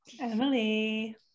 Emily